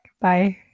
Bye